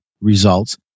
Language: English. results